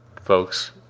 folks